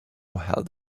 held